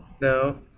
No